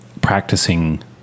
practicing